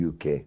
UK